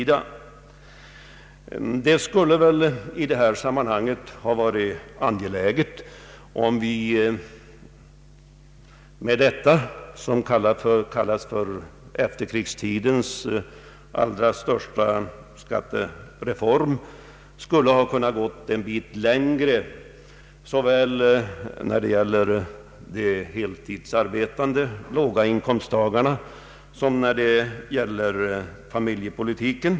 Det framstår emellertid som angeläget att med denna, som den har kallats, efterkrigstidens största skattereform gå en bit längre, såväl när det gäller de heltidsarbetande och låginkomsttagarna som när det gäller familjepolitiken.